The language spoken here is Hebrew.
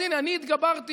אז הינה, אני התגברתי